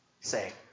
say